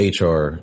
HR